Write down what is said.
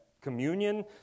communion